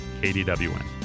KDWN